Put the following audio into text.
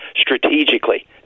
strategically